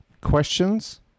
questions